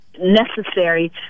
necessary